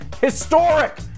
Historic